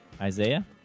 isaiah